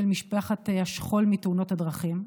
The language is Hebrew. משפחת השכול מתאונות הדרכים.